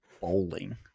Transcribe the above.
bowling